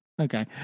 Okay